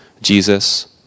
Jesus